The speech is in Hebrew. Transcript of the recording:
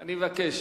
אני מבקש